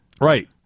Right